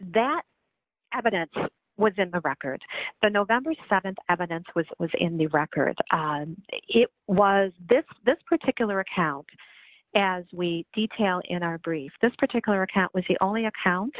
that evidence was in the record the november th evidence was was in the record it was this this particular account as we detail in our brief this particular account was the only account